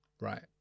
Right